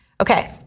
Okay